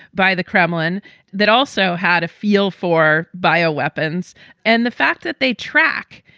by the kremlin that also had a feel for bio weapons and the fact that they track.